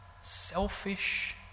selfish